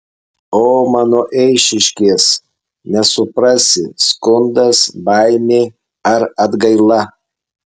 o mano eišiškės nesuprasi skundas baimė ar atgaila